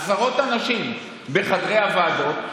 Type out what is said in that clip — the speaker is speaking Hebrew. עשרות אנשים בחדרי הוועדות.